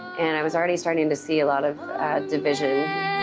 and i was already starting to see a lot of division.